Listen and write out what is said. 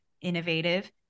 innovative